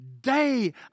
Day